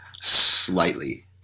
slightly